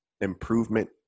improvement